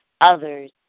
others